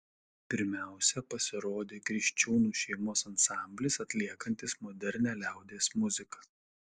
pirmiausiai pasirodė kriščiūnų šeimos ansamblis atliekantis modernią liaudies muziką